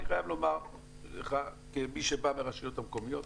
אני חייב לומר לך כמי שבא מהרשויות המקומיות,